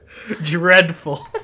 Dreadful